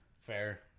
Fair